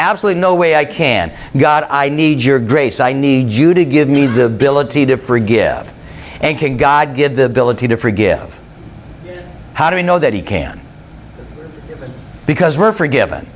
absolutely no way i can god i need your grace i need you to give me the ability to forgive and can god give the billeted to forgive how do we know that he can because we're forgiven